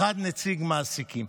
אחד נציג מעסיקים.